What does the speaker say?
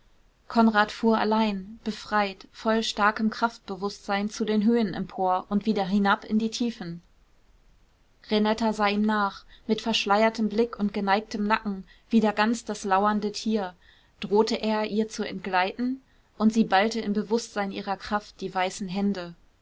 konrad fuhr allein befreit voll starkem kraftbewußtsein zu den höhen empor und wieder hinab in die tiefen renetta sah ihm nach mit verschleiertem blick und geneigtem nacken wieder ganz das lauernde tier drohte er ihr zu entgleiten und sie ballte im bewußtsein ihrer kraft die weißen hände